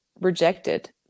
rejected